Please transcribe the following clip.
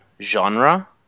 genre